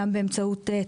גם באמצעות תמיכות